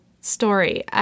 story